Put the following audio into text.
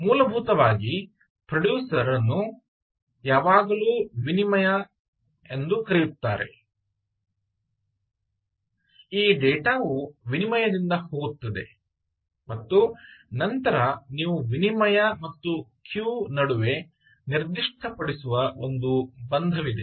ಮೂಲಭೂತವಾಗಿ ಪ್ರೊಡ್ಯೂಸರ್ ಅದನ್ನು ಯಾವಾಗಲೂ ವಿನಿಮಯ ಎಂದು ಕರೆಯುತ್ತಾರೆ ಈ ಡೇಟಾ ವು ವಿನಿಮಯದಿಂದ ಹೋಗುತ್ತದೆ ಮತ್ತು ನಂತರ ನೀವು ವಿನಿಮಯ ಮತ್ತು ಕ್ಯೂ ನಡುವೆ ನಿರ್ದಿಷ್ಟಪಡಿಸುವ ಒಂದು ಬಂಧವಿದೆ